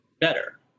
better